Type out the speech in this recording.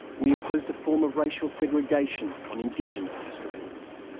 we imposed a form of racial segregation on indigenous australians.